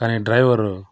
కానీ డ్రైవరు